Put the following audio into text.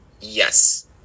Yes